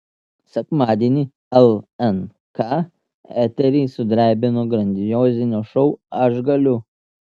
sekmadienį lnk eterį sudrebino grandiozinio šou aš galiu